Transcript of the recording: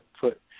put